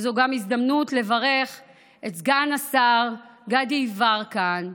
וזו גם הזדמנות לברך את סגן השר גדי יברקן,